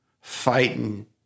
fighting